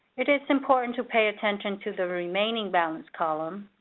it is important to pay attention to the remaining balance column.